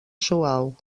suau